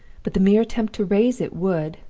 but the mere attempt to raise it would,